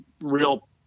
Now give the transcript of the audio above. real